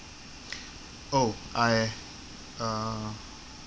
oh I uh